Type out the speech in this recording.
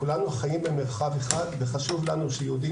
כולנו חיים במרחב אחד וחשוב לנו שיהודים